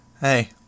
Hey